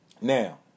now